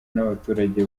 n’abaturage